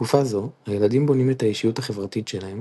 בתקופה זו הילדים בונים את האישיות החברתית שלהם